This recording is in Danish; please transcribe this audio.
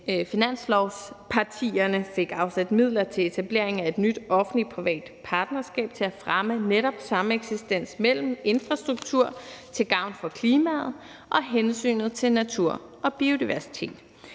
finanslovspartierne fik afsat midler til etableringen af et nyt offentlig-privat partnerskab til at fremme netop sameksistens mellem infrastruktur til gavn for klimaet og hensynet til natur og biodiversitet.